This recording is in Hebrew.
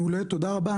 עינב, תודה רבה.